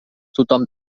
tothom